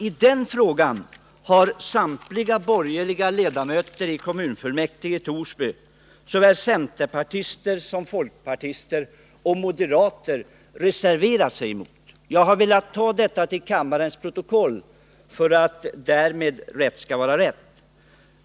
I den frågan har samtliga borgerliga ledamöter, såväl centerpartister som folkpartister och moderater, i kommunfullmäktige i Torsby reserverat sig. Jag har velat ta detta till kammarens protokoll för att därmed rätt skall vara rätt.